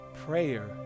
Prayer